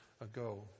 ago